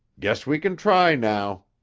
guess we can try now.